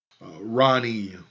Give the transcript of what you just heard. Ronnie